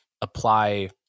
apply